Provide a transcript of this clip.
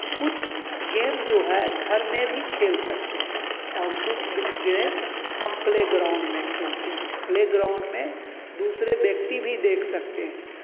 कुछ गेम जो है घर में भी खेल सकते हैं और कुछ गेम हम प्लेग्राउण्ड में खेलते हैं प्लेग्राउण्ड में दूसरे व्यक्ति भी देख सकते हैं